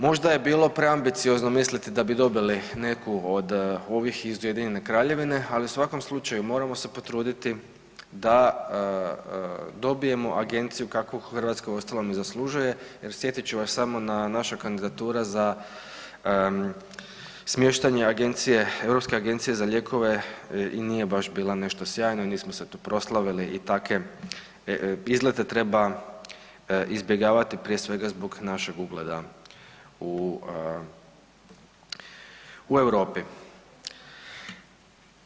Možda bi bilo preambiciozno misliti da bi dobili neku od ovih iz Ujedinjene Kraljevine, ali u svakom slučaju moramo se potruditi da dobijemo agenciju kakvu Hrvatska uostalom i zaslužuje jer sjetit ću vas samo na naša kandidatura za smještanje agencije, Europske agencije za lijekove i nije baš bila nešto sjajna, nismo se tu proslavili i takve izlete treba izbjegavati prije svega zbog našeg ugleda u Europi.